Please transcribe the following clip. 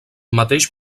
mateix